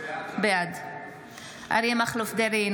בעד אריה מכלוף דרעי,